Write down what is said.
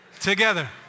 together